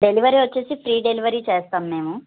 delivery వచ్చి free delivery చేస్తాం మేము